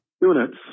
Units